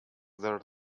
there